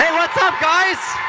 and what's up, guys?